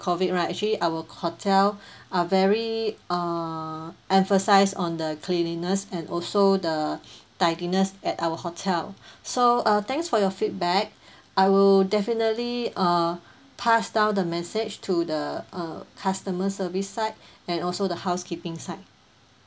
COVID right actually our hotel are very err emphasize on the cleanliness and also the tidiness at our hotel so uh thanks for your feedback I will definitely uh pass down the message to the uh customer service side and also the housekeeping side